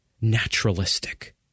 naturalistic